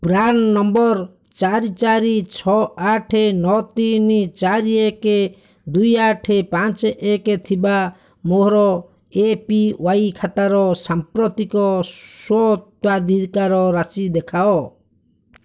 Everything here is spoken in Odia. ପ୍ରାନ୍ ନମ୍ବର୍ ଚାରି ଚାରି ଛଅ ଆଠ ନଅ ତିନି ଚାରି ଏକେ ଦୁଇ ଆଠ ପାଞ୍ଚ ଏକ ଥିବା ମୋର ଏ ପି ୱାଇ ଖାତାର ସାମ୍ପ୍ରତିକ ସ୍ୱତ୍ୱାଧିକାର ରାଶି ଦେଖାଅ